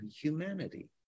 humanity